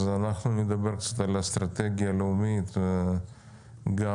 אנחנו נדבר קצת על האסטרטגיה הלאומית גם